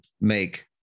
make